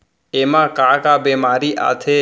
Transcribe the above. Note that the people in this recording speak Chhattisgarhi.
एमा का का बेमारी आथे?